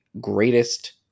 greatest